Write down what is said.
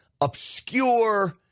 obscure